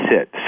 sit